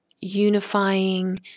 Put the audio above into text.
unifying